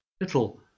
Little